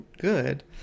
good